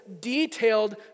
detailed